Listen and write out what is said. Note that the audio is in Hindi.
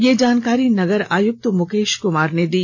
यह जानकारी नगर आयुक्त मुकेश कुमार ने दी